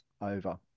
over